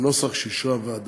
בנוסח שאישרה הוועדה.